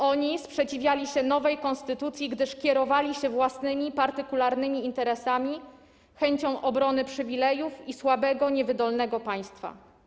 Oni sprzeciwiali się nowej konstytucji, gdyż kierowali się własnymi partykularnymi interesami, chęcią obrony przywilejów i słabego, niewydolnego państwa.